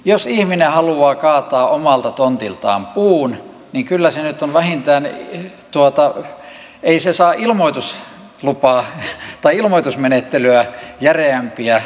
jos ihminen haluaa kaataa omalta tontiltaan puun niin ei se saa ilmoitusmenettelyä järeämpiä toimia edellyttää